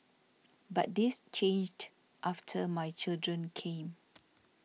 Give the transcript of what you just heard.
but this changed after my children came